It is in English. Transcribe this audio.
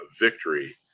victory